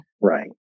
Right